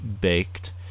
baked